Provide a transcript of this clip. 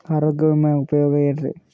ಆರೋಗ್ಯ ವಿಮೆಯ ಉಪಯೋಗ ಏನ್ರೀ?